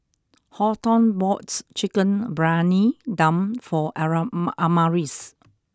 Horton bought Chicken Briyani Dum for Aram Amaris